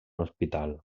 hospital